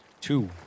Two